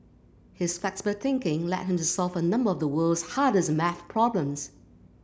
his flexible thinking led him to solve a number of the world's hardest maths problems